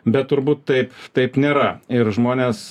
bet turbūt taip taip nėra ir žmonės